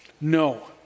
No